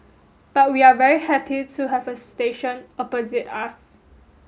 but we are very happy to have a station opposite us